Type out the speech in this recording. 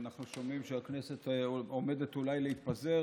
אנחנו שומעים שהכנסת עומדת אולי להתפזר,